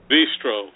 Bistro